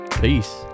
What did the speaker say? Peace